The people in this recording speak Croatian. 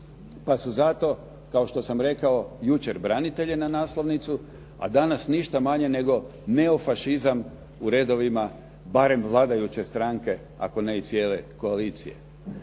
Pa su zato, kao što sam rekao, jučer branitelje na naslovnicu, a danas ništa manje nego neofašizam u redovima barem vladajuće stranke, ako ne i cijele koalicija.